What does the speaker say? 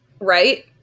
right